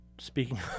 Speaking